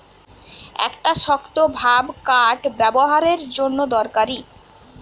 একটা শক্তভাব কাঠ ব্যাবোহারের জন্যে দরকারি